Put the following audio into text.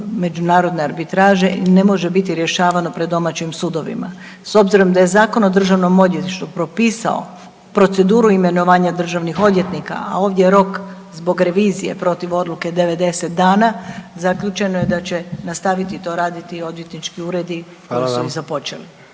međunarodne arbitraže i ne može biti rješavano pred domaćim sudovima. S obzirom da je Zakon o državnom odvjetništvu propisao proceduru imenovanja državnih odvjetnika, a ovdje je rok zbog revizije protiv odluke 90 dana zaključeno je da će nastaviti to raditi odvjetnički uredi koji su i započeli.